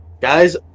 Guys